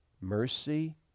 Mercy